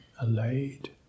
allayed